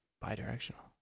Bi-directional